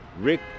Rick